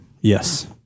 Yes